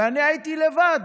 ואני הייתי לבד,